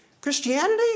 Christianity